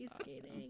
skating